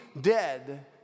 dead